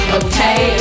okay